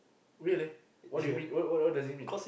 weird leh what do you mean what what does it mean